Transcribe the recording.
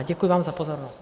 Děkuji vám za pozornost.